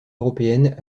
européenne